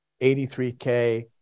83K